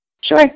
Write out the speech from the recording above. Sure